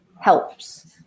helps